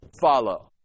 follow